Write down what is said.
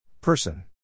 person